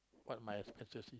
what my expenses is